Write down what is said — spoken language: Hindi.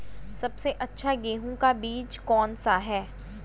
सबसे अच्छा गेहूँ का बीज कौन सा है?